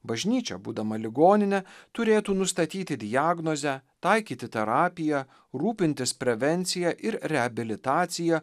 bažnyčia būdama ligonine turėtų nustatyti diagnozę taikyti terapiją rūpintis prevencija ir reabilitacija